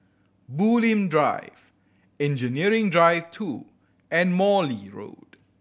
Bulim Drive Engineering Drive Two and Morley Road